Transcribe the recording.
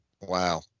Wow